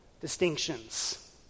distinctions